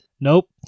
Nope